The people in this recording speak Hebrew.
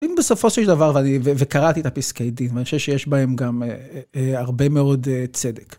אם בסופו של דבר, וקראתי את הפסקי דין, אני חושב שיש בהם גם הרבה מאוד צדק.